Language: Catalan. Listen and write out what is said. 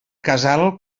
casal